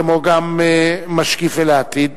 כמו גם משקיף אל העתיד,